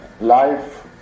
life